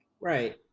Right